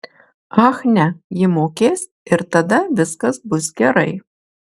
ach ne ji mokės ir tada viskas bus gerai